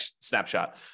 snapshot